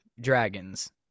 dragons